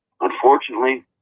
Unfortunately